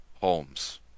Holmes